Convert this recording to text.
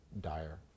dire